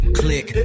click